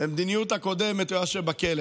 במדיניות הקודמת הוא היה יושב בכלא,